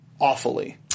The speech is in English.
awfully